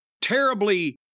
terribly